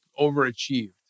overachieved